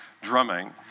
drumming